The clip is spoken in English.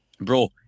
bro